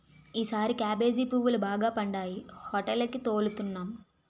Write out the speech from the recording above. ఈసారి కేబేజీ పువ్వులు బాగా పండాయి హోటేలికి తోలుతన్నాం